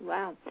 Wow